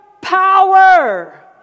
power